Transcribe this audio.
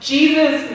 Jesus